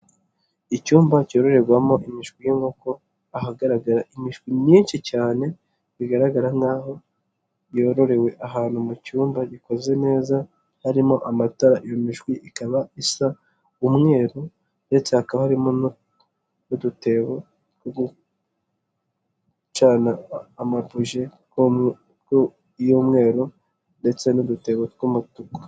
Icyumba cyororerwamo imishwi y'inkoko ahagaragara imishwi myinshi cyane bigaragara nka ho yororewe ahantu mu cyumba gikoze neza harimo amatara, iyo imishwi ikaba isa umweru ndetse hakaba harimo n'u n'udutebo two gucana amabuji y'umweru ndetse n'udutebo tw'umutuku.